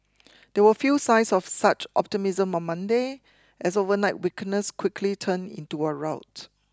there were few signs of such optimism on Monday as overnight weakness quickly turned into a rout